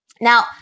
Now